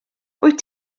wyt